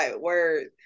words